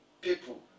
people